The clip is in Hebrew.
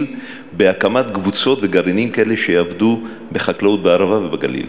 בהקמת קבוצות וגרעינים כאלה שיעבדו בחקלאות בערבה ובגליל?